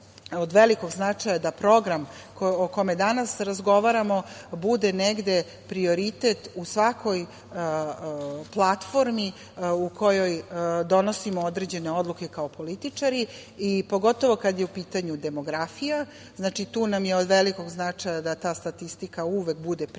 od veliko značaja da program o kome danas razgovaramo bude negde prioritet u svakoj platformi u kojoj donosimo određene odluke kao političari, pogotovo kad je u pitanju demografija. Znači, tu nam je od velikog značaja da t statistika uvek bude prisutna